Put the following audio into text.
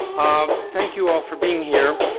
um thank you all for being here.